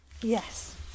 Yes